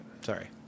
Sorry